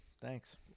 thanks